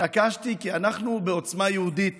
התעקשתי, כי אנחנו בעוצמה יהודית